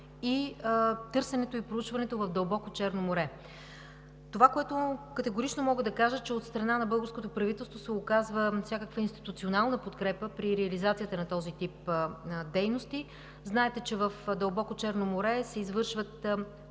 търсенето и проучването в дълбоко Черно море. Категорично мога да кажа, че от страна на българското правителство се оказва всякаква институционална подкрепа при реализацията на този тип дейности. Знаете, че в дълбоко Черно море се извършват